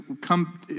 come